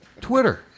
Twitter